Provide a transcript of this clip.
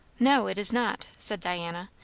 no, it is not, said diana.